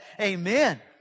amen